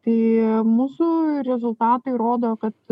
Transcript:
kai mūsų rezultatai rodo kad